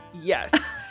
Yes